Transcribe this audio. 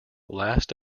last